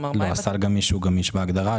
סל גמיש הוא גמיש בהגדרה.